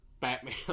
batman